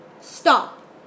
Stop